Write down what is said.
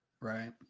Right